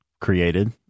created